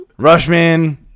Rushman